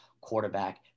quarterback